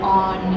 on